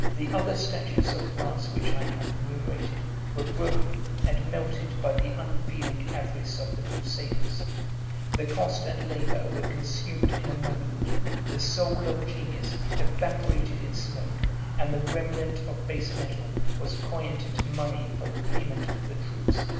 the other statues of brass which i have enumerated were broken and melted by the unfeeling avarice of the crusaders the cost and labor were consumed in a moment the soul of genius evaporated in smoke and the remnant of base metal was coined into money for the payment of the troops.